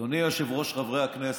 אדוני היושב-ראש, חברי הכנסת,